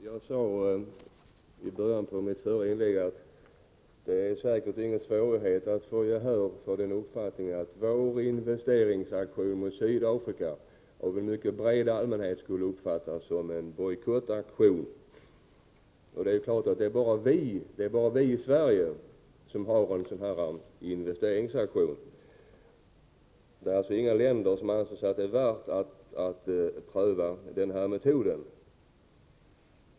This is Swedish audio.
Herr talman! Jag sade i början av mitt förra inlägg att det säkert inte är någon svårighet att få gehör för den uppfattningen att vår investeringsaktion mot Sydafrika av en mycket bred allmänhet uppfattas såsom en bojkottaktion. Det är bara vi i Sverige som har företagit en sådan här investeringsaktion. Inga andra länder anser det värt att pröva denna metod.